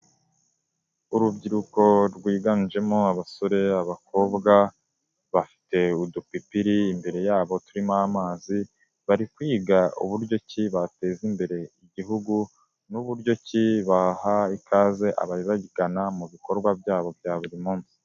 Urubyiruko rwiganjemo abasore, abakobwa bafite udupipiri imbere yabo turimo amazi, bari kwiga uburyo ki bateza imbere igihugu n'uburyo ki baha ikaze ababagana mu bikorwa byabo bya buri munsi.